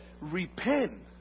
Repent